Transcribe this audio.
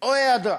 או היעדרה.